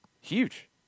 huge